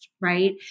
Right